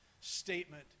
statement